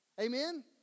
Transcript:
Amen